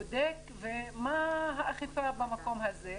בודק, מה האכיפה במקום הזה.